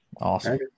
Awesome